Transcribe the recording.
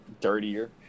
dirtier